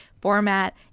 format